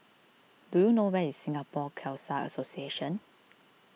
do you know where is Singapore Khalsa Association